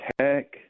Tech